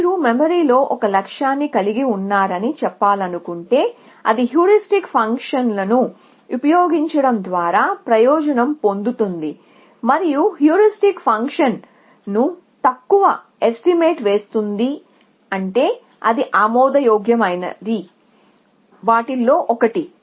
మీరు మెమొరీలో ఒక లక్ష్యాన్ని కలిగి ఉన్నారని చెప్పాలనుకుంటే అది హ్యూరిస్టిక్ ఫంక్షన్ను ఉపయోగించడం ద్వారా ప్రయోజనం పొందుతుంది మరియు హ్యూరిస్టిక్ ఫంక్షన్ ఫంక్షన్ను తక్కువ ఎస్టిమేట్ వేస్తుంటే అది ఆమోదయోగ్యమైన వాటిల్లో ఒకటి